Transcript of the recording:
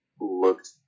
looked